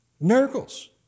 Miracles